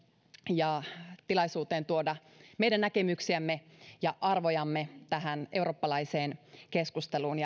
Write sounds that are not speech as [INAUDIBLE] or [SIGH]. ja tilaisuuden tuoda meidän näkemyksiämme ja arvojamme tähän eurooppalaiseen keskusteluun [UNINTELLIGIBLE]